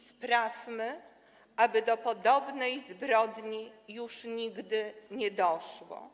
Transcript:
Sprawmy, aby do podobnej zbrodni już nigdy nie doszło.